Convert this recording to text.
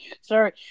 sorry